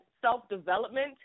self-development